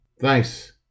Thanks